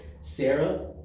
Sarah